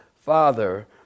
Father